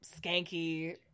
skanky